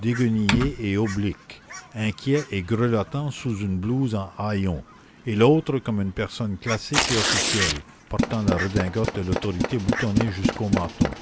déguenillé et oblique inquiet et grelottant sous une blouse en haillons et l'autre comme une personne classique et officielle portant la redingote de l'autorité boutonnée jusqu'au menton